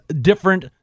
different